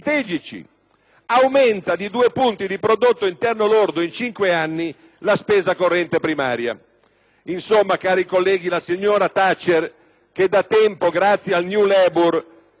Insomma, cari colleghi, la signora Thatcher, che da tempo, grazie al New Labour, non abita più al numero 10 di Downing Street, non si è certo trasferita nemmeno in spirito a Palazzo Chigi.